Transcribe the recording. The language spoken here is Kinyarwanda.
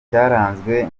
cyaranzwe